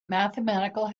mathematical